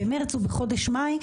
במרס ובחודש מאי,